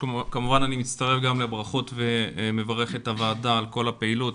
כמובן אני מצטרף גם לברכות ומברך את הוועדה על כל הפעילות.